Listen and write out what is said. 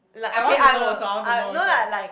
I want to know also I want to know also